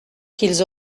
qu’ils